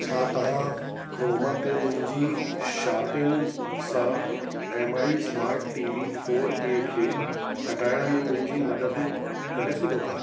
छा तहां क्रोमा ते मुंहिंजी शॉपिंग सां M I smart TV four A खे हटाइण में मुंहिंजी मदद करे सघो था